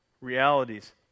realities